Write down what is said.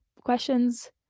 questions